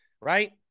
right